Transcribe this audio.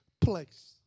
place